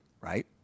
right